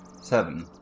Seven